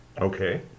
Okay